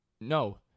No